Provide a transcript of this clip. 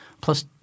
plus